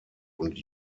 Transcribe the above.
und